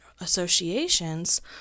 associations